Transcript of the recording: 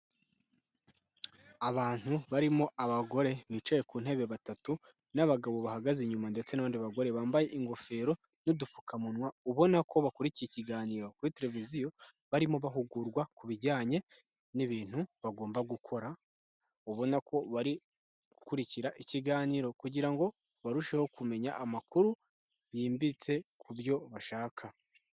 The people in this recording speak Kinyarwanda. Abantu barimo abagore bicaye ku ntebe batatu n'abagabo bahagaze inyuma ndetse n'abandi bagore bambaye ingofero n'udupfukamunwa, ubona ko bakurikiye ikiganiro kuri tereviziyo, barimo bahugurwa ku bijyanye n'ibintu bagomba gukora, ubona ko bari gukurikira ikiganiro kugira ngo barusheho kumenya amakuru yimbitse ku byo bashaka.